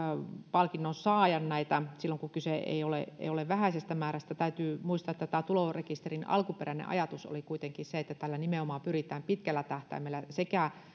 ollenkaan ilmoittaa näitä silloin kun kyse on vähäisestä määrästä täytyy muistaa että tulorekisterin alkuperäinen ajatus oli kuitenkin se että tällä nimenomaan pyritään pitkällä tähtäimellä sekä